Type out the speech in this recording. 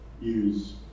use